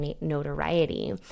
notoriety